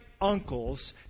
uncles